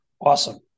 awesome